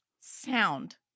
Sound